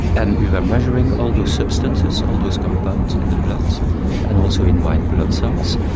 and we were measuring all those substances, all those compounds in the blood and also in white blood cells,